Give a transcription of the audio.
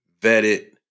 vetted